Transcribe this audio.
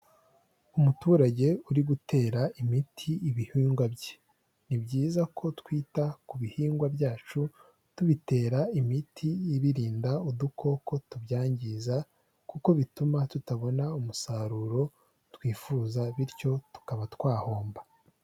Umuturage uri gutera imiti ibihingwa bye. Ni byiza ko twita ku bihingwa byacu tubitera imiti ibirinda udukoko tubyangiza, kuko bituma tutabona umusaruro twifuza bityo tukaba twahomba.